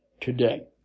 today